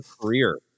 career